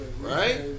Right